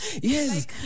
Yes